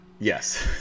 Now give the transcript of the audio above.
Yes